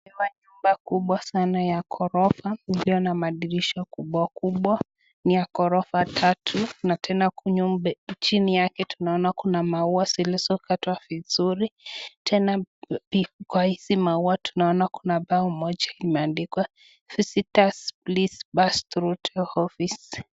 Nyumba kubwa sana ya ghorofa iliyo na madirisha kubwa kubwa, ni ya ghorofa tatu na tena chini yake tunaona kuna maua zilizokatwa vizuri. Tena kwa hizi maua tunaona kuna bao moja imeandikwa [visitors please pass through the office].